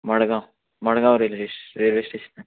Madgaon Madgaon railway railway station